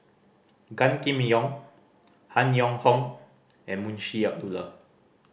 Gan Kim Yong Han Yong Hong and Munshi Abdullah